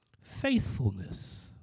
faithfulness